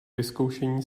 vyzkoušení